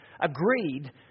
agreed